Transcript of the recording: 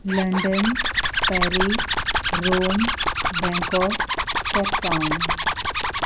London Paris Rome Bangkok Cape town